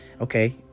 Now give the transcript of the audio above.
okay